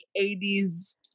80s